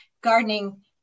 gardening